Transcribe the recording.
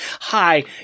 Hi